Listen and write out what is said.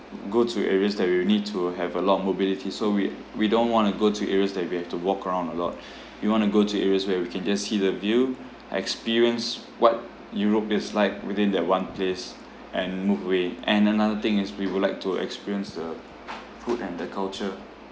go to areas that we will need to have a lot of mobility so we we don't want to go to areas that we have to walk around a lot we want to go to areas where we can just see the view experience what europe is like within that one place and move away and another thing is we would like to experience the food and the culture